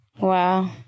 wow